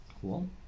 Cool